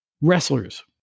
wrestlers